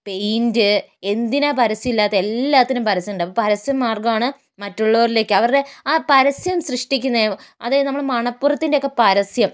paint എന്തിനാണ് പരസ്യ ഇല്ലാത്തെ എല്ലാത്തിനും പരസ്യം ഉണ്ടാകും പരസ്യം മാർഗ്ഗമാണ് മറ്റുള്ളവരിലേക്കു അവരുടെ ആ പരസ്യം സൃഷ്ടിക്കുന്നത് അതായത് നമ്മള് മണപ്പുറത്തിൻറെയൊക്കെ പരസ്യം